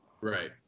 Right